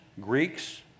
Greeks